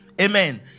Amen